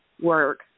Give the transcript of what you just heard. work